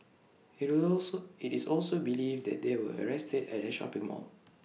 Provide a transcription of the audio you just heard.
IT also IT is also believed that they were arrested at A shopping mall